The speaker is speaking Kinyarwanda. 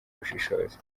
ubushishozi